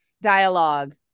dialogue